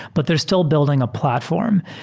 but they're still building a platform.